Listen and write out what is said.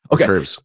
Okay